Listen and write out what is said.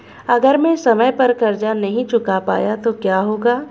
अगर मैं समय पर कर्ज़ नहीं चुका पाया तो क्या होगा?